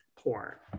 poor